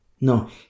No